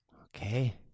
Okay